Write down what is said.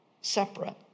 separate